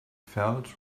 felt